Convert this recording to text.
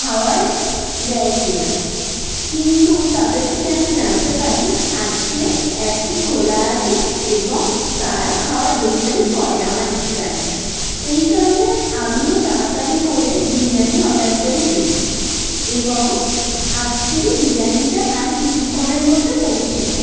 খাবার দেয় কি না কিন্তু তদের থেকে আমি জানতে পারি আজকে অ্যাপটি খোলা আছে এবং তারা খাবার ডেলিভারি করে আমার ঠিকানায় এই কারণে আমিও তাড়াতাড়ি করে বিরিয়ানি অর্ডার করে দিই এবং আজকের এই বিরিয়ানিটা আর কিছুক্ষণের মধ্যে পৌঁছে যায়